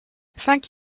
thank